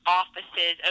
offices